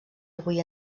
avui